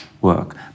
work